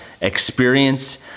experience